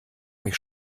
mich